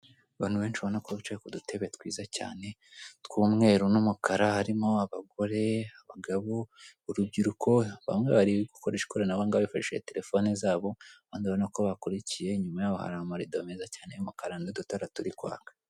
Abantu benshi ubona ko bicaye ku dutebe twiza cyane tw'umweru n'umukara, barimo abagore, abagabo, urubyiruko, bamwe bari gukoresha ikoranabuhanga bakoresheje terefone zabo, abandi urabona ko bakurikiye, inyuma yaho hari amarido n'udutara turi kwaka.